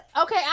Okay